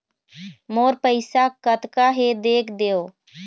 मोर पैसा कतका हे देख देव?